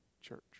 church